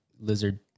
lizard